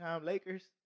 Lakers